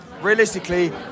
Realistically